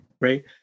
right